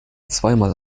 zweimal